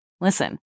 Listen